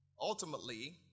ultimately